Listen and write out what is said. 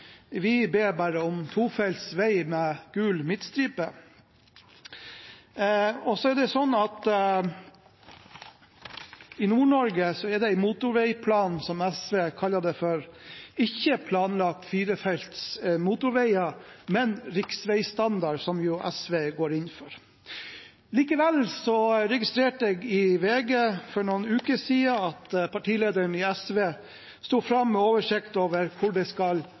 fra, ber vi ikke om motorveier. Vi ber bare om tofeltsvei med gul midtstripe. I Nord-Norge er det i den motorveiplanen, som SV kaller det, ikke planlagt firefeltsmotorveier, men riksveistandard, som jo SV går inn for. Likevel registrerte jeg for noen uker siden at partilederen i SV sto fram i VG med oversikt over hvor det skal